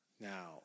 Now